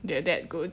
they're that good